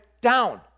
down